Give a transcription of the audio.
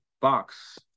box